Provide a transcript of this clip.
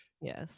Yes